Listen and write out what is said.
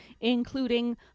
including